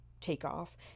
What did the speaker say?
takeoff